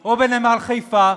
או בנמל חיפה?